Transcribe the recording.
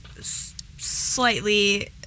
slightly